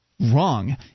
Wrong